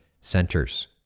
centers